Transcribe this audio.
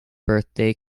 birthday